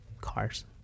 cars